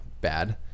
bad